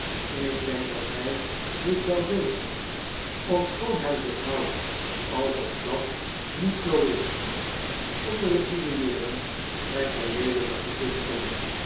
ik denk dat hij dit wel weet ofschoon hij zich houdt alsof dat niet zoo is onder net linieeren trekt hij leelijke gezichten